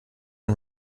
ein